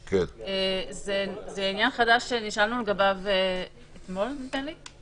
זה עניין חדש שנשאלנו לגביו אתמול, נדמה לי.